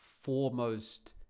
foremost